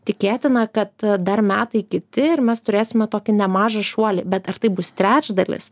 tikėtina kad dar metai kiti ir mes turėsime tokį nemažą šuolį bet ar tai bus trečdalis